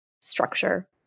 structure